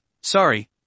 sorry